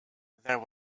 there